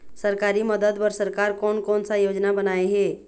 सरकारी मदद बर सरकार कोन कौन सा योजना बनाए हे?